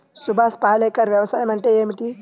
సుభాష్ పాలేకర్ వ్యవసాయం అంటే ఏమిటీ?